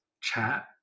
chat